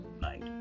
night